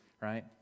right